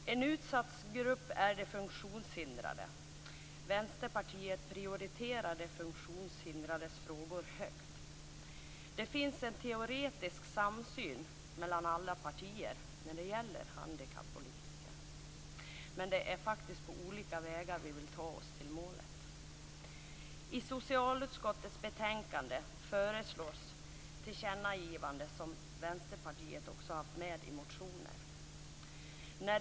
En utsatt grupp är de funktionshindrade. Vänsterpartiet prioriterar de funktionshindrades frågor högt. Det finns en teoretisk samsyn mellan alla partier när det gäller handikappolitiken, men det är faktiskt på olika vägar vi vill ta oss till målet. I socialutskottets betänkande föreslås tillkännagivanden som Vänsterpartiet har haft med i motioner.